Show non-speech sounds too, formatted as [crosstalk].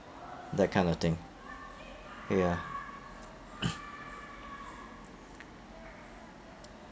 that kind of thing ya [noise]